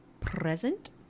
present